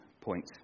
point